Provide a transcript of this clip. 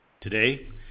Today